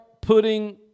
putting